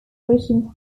reaching